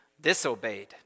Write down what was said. disobeyed